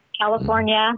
California